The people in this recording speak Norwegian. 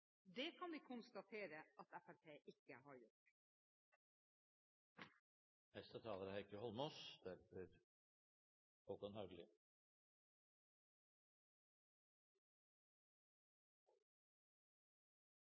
Det kan vi konstatere at Fremskrittspartiet ikke har gjort.